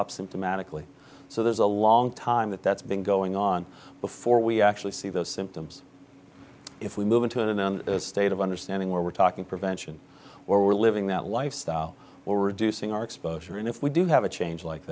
up symptomatically so there's a long time that that's been going on before we actually see the symptoms if we move into it in a state of understanding where we're talking prevention where we're living that lifestyle we're reducing our exposure and if we do have a change like